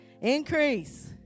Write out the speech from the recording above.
increase